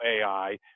AI